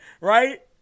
right